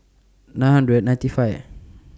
nine hundred ninety five